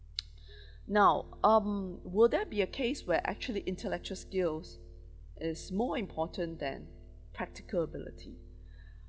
now um will there be a case where actually intellectual skills is more important than practical ability